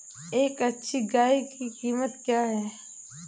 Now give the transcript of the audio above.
एक अच्छी गाय की कीमत क्या है?